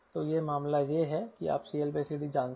तो यह मामला यह है कि आप CLCD जानते हैं